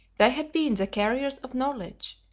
they had been the carriers of knowledge,